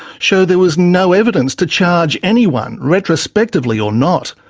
show there was no evidence to charge anyone, retrospectively or not.